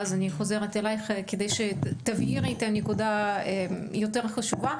ואז אני אחזור אלייך כדי שתבהירי נקודה יותר חשובה,